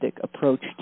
approach